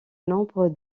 nombre